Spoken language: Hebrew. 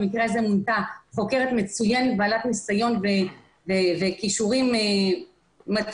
במקרה הזה מונתה חוקרת מצוינת בעלת ניסיון וכישורים מתאימים,